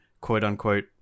quote-unquote